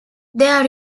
there